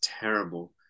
terrible